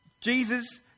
Jesus